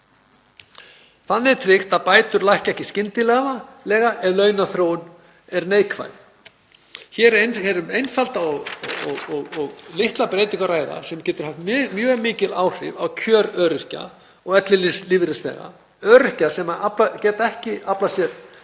Þannig er tryggt að bætur lækki ekki skyndilega ef launaþróun er neikvæð. Hér er um að ræða einfalda og litla breytingu sem getur haft mjög mikil áhrif á kjör öryrkja og ellilífeyrisþega, öryrkja sem geta ekki aflað sér